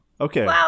Okay